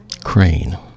Crane